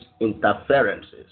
interferences